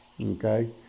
Okay